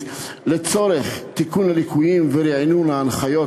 לצורך תיקון הליקויים ורענון ההנחיות.